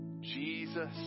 Jesus